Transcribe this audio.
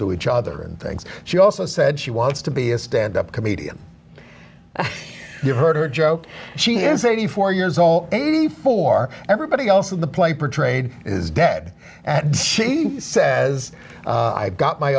to each other and things she also said she wants to be a stand up comedian you heard her joke she is eighty four years all eighty four everybody else in the play portrayed is dead and she says i've got my